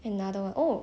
another one oh